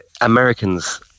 Americans